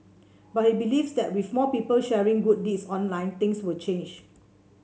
but he believes that with more people sharing good deeds online things will change